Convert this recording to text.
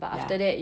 ya